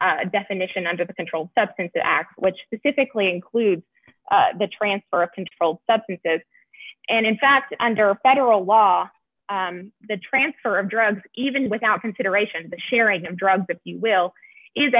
the definition under the controlled substances act which specifically includes the transfer of controlled substances and in fact under federal law the transfer of drugs even without consideration of the sharing of drugs if you will is